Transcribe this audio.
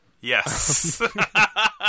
Yes